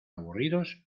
aburridos